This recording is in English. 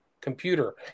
computer